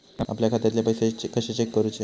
आपल्या खात्यातले पैसे कशे चेक करुचे?